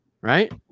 Right